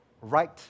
right